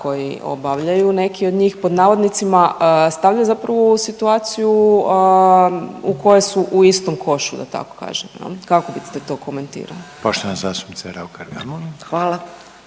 koji obavljaju neki od njih pod navodnicima, stavljaju zapravo u ovu situaciju u kojoj su u istom košu da tako kažem jel, kako biste to komentirali? **Reiner, Željko (HDZ)** Poštovana